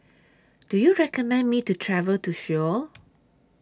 Do YOU recommend Me to travel to Seoul